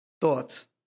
Thoughts